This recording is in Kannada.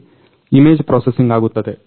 ಅಲ್ಲಿ ಇಮೇಜ್ ಪ್ರೊಸೆಸಿಂಗ್ ಆಗುತ್ತದೆ